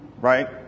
right